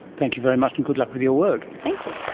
thank you very much, and good luck with your work. thank you.